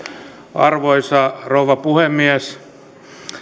arvoisa rouva puhemies